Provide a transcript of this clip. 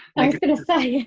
like was going to say!